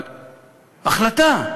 אבל, החלטה.